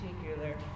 particular